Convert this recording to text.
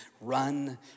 run